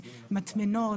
מטמנות,